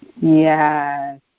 Yes